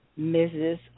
Mrs